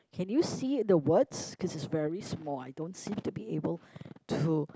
can you see the words cause is very small I don't seem to be able to